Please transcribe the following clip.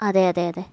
അതെ അതെ അതെ